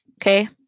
Okay